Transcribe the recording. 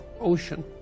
ocean